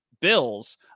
bills